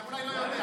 אתה אולי לא יודע.